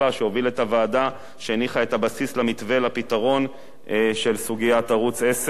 שהוביל את הוועדה שהניחה את הבסיס למתווה לפתרון של סוגיית ערוץ-10.